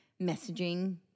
messaging